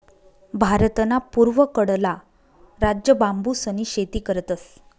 भारतना पूर्वकडला राज्य बांबूसनी शेती करतस